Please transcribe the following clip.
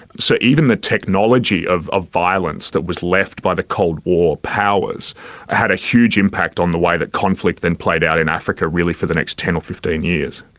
so even the technology of ah violence that was left by the cold war powers had a huge impact on the way that conflict then played out in africa really for the next ten or fifteen years.